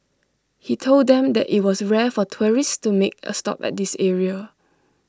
he told them that IT was rare for tourists to make A stop at this area